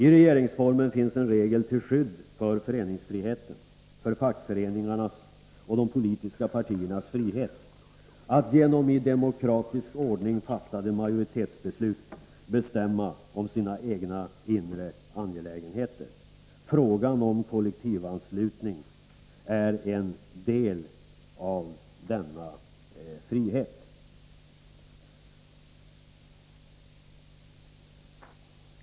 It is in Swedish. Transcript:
I regeringsformen finns en regel till skydd för föreningsfriheten, för fackföreningarnas och de politiska partiernas frihet att genom i demokratisk ordning fattade majoritetsbeslut bestämma om sina egna inre angelägenheter. Frågan om kollektivanslutning är en del av denna frihet.